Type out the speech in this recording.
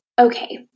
Okay